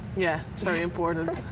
yeah. it's very important.